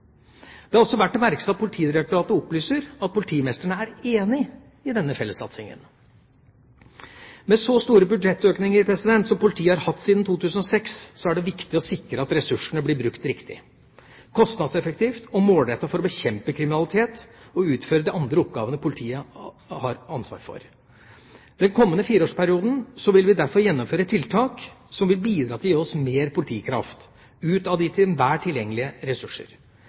Det er også verdt å merke seg at Politidirektoratet opplyser at politimestrene er enig i denne fellessatsingen. Med så store budsjettøkninger som politiet har hatt siden 2006, er det viktig å sikre at ressursene blir brukt riktig, kostnadseffektivt og målrettet for å bekjempe kriminalitet og utføre de andre oppgavene politiet har ansvar for. I den kommende fireårsperioden vil vi derfor gjennomføre tiltak som vil bidra til å gi oss mer politikraft ut av de til enhver tid tilgjengelige